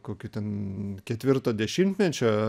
kokių ten ketvirto dešimtmečio